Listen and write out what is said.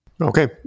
Okay